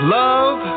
love